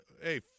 hey